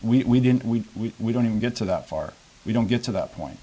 we didn't we don't even get to that far we don't get to that point